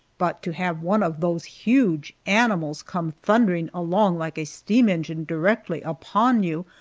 but to have one of those huge animals come thundering along like a steam engine directly upon you,